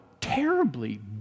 terribly